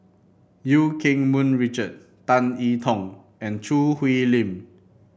Eu Keng Mun Richard Tan I Tong and Choo Hwee Lim